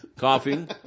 coughing